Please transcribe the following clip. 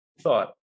thought